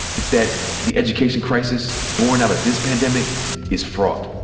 it's that the education crisis born out of this pandemic is fraught.